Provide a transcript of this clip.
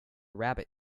rabbit